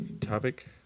topic